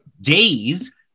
days